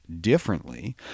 differently